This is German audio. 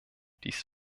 dies